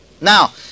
Now